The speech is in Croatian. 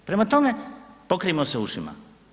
Prema tome, pokrijmo se ušima.